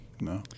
No